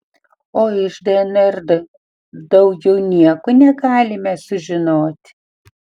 o iš dnr daugiau nieko negalime sužinot